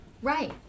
Right